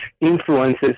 influences